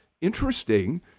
interesting—